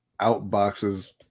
outboxes